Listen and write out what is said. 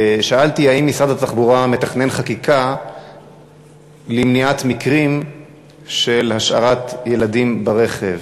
שאלתי אם משרד התחבורה מתכנן חקיקה למניעת מקרים של השארת ילדים ברכב.